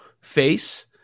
face